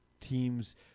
teams